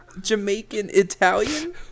Jamaican-Italian